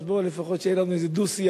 אז בוא לפחות שיהיה לנו איזה דו-שיח,